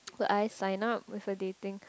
should I sign up with a dating